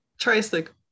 Tricycle